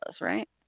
right